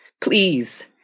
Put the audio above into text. Please